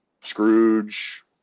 Scrooge